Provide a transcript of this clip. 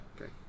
Okay